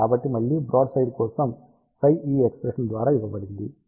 కాబట్టి మళ్ళీ బ్రాడ్సైడ్ కోసం ψ ఈ ఎక్ష్ప్రెషన్ ద్వారాఇవ్వబడింది